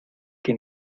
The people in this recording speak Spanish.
que